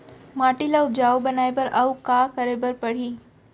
माटी ल उपजाऊ बनाए बर अऊ का करे बर परही?